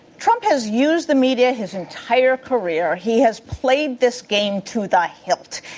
trump has used the media his entire career. he has played this game to the hilt.